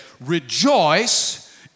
rejoice